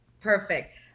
perfect